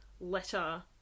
letter